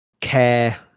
care